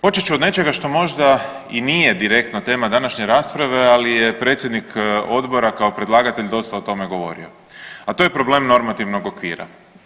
Počet ću od nečega što možda i nije direktno tema današnje rasprave, ali je predsjednik odbora kao predlagatelj dosta o tome govorio, a to je problem normativnog okvira.